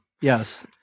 Yes